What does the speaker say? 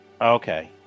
Okay